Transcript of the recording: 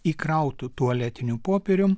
įkrautu tualetiniu popierium